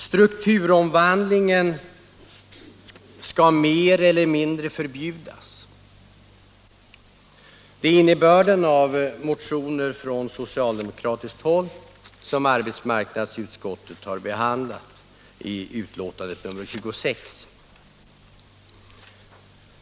Strukturomvandlingen skall mer eller mindre förbjudas. Det är innebörden i motioner från socialdemokratiskt håll som arbetsmarknadsutskottet har behandlat i sitt betänkande nr 26.